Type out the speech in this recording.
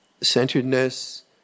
centeredness